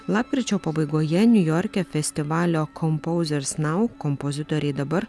lapkričio pabaigoje niujorke festivalio kompouzers nau kompozitoriai dabar